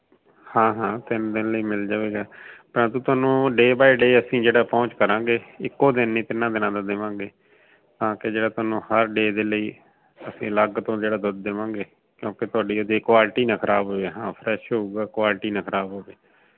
ਹਾਂ ਹਾਂ ਤਿੰਨ ਦਿਨ ਲਈ ਮਿਲ ਜਾਵੇਗਾ ਤਦ ਤੁਹਾਨੂੰ ਡੇ ਬਾਏ ਡੇ ਅਸੀਂ ਜਿਹੜਾ ਪਹੁੰਚ ਕਰਾਂਗੇ ਇੱਕੋ ਦਿਨ ਨਹੀਂ ਤਿੰਨਾਂ ਦਿਨਾਂ ਦਾ ਦੇਵਾਂਗੇ ਤਾਂ ਕਿ ਜਿਹੜਾ ਤੁਹਾਨੂੰ ਹਰ ਡੇ ਦੇ ਲਈ ਅਸੀਂ ਅਲੱਗ ਤੋਂ ਜਿਹੜਾ ਦੁੱਧ ਦੇਵਾਂਗੇ ਕਿਉਂਕਿ ਤੁਹਾਡੀ ਉਹਦੀ ਕੁਆਲਿਟੀ ਨਾ ਖਰਾਬ ਹੋਏ ਹਾਂ ਫਰੈਸ਼ ਹੋਊਗਾ ਕੁਆਲਿਟੀ ਨਾ ਖਰਾਬ ਹੋਵੇ